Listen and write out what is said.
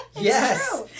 yes